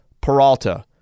Peralta